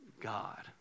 God